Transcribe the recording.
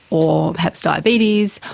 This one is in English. or perhaps diabetes,